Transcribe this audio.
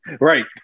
Right